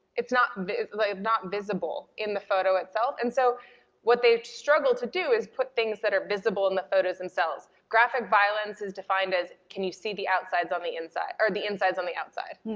it's not visible not visible in the photo itself, and so what they struggle to do is put things that are visible in photos themselves. graphic violence is defined as can you see the outsides on the insides, or the insides on the outside.